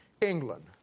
England